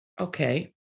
okay